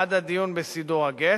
עד הדיון בסידור הגט,